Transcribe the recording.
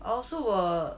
I also wil